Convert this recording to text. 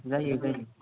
जायो जायो